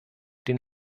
den